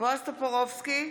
בועז טופורובסקי,